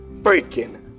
freaking